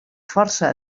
força